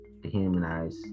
dehumanize